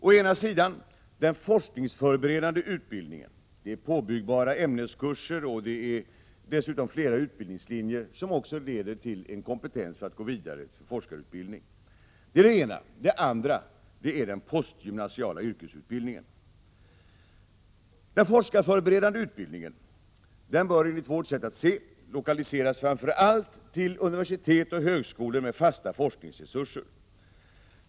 Å ena sidan har vi forskningsförberedande utbildning med bl.a. påbyggbara ämneskurser och dessutom flera utbildningslinjer som också leder till en kompetens för att gå vidare till forskarutbildning. Å andra sidan har vi den postgymnasiala yrkesutbildningen. Den forskarförberedande utbildningen bör enligt vårt sätt att se lokaliseras framför allt till universitet och högskolor med fasta forskningsresurser.